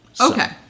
Okay